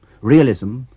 Realism